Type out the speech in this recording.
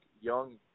young